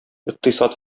икътисад